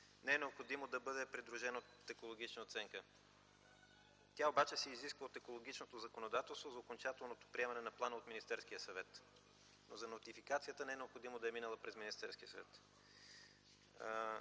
не е необходимо да бъде придружено от технологична оценка. Тя обаче се изисква от екологичното законодателство за окончателното приемане на плана от Министерския съвет. За нотификацията не е необходимо да е минала през Министерския съвет.